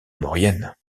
maurienne